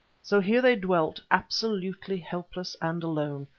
so here they dwelt absolutely helpless and alone,